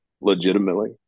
legitimately